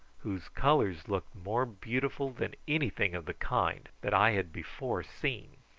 whose colours looked more beautiful than anything of the kind that i had before seen.